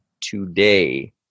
today